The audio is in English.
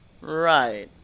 Right